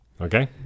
Okay